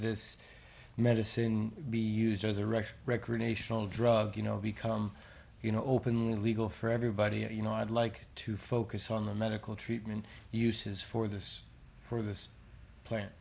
this medicine be used as a rush recreational drug you know become you know open legal for everybody and you know i'd like to focus on the medical treatment uses for this for this